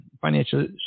financial